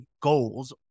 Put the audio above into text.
goals